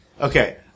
Okay